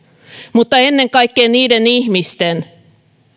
että ennen kaikkea niiden ihmisten